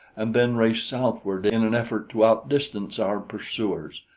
and then raced southward in an effort to outdistance our pursuers.